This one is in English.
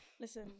Listen